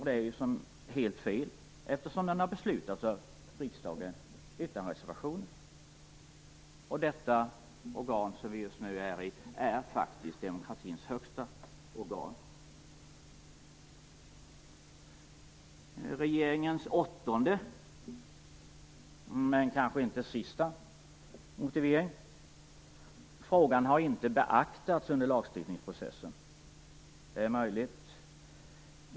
Det är helt fel eftersom den har beslutats av riksdagen utan reservationer. Detta organ som vi nu befinner oss i är faktiskt demokratins högsta organ. Regeringens åttonde, men kanske inte sista motivering är att frågan inte har beaktats under lagstiftningsprocessen. Det är möjligt.